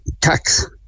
tax